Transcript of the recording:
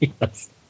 Yes